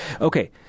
Okay